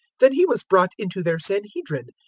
then he was brought into their sanhedrin,